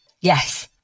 yes